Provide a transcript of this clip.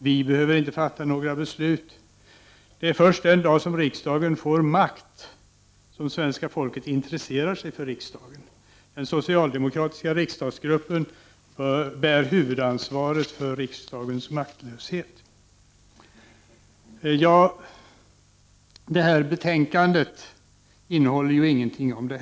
Vi behöver inte fatta några beslut. Det är först den dag som riksdagen får makt som svenska folket intresserar sig för riksdagen. Den socialdemokratiska riksdagsgruppen bär huvudansvaret för riksdagens maktlöshet. Det här betänkandet innehåller ingenting om detta.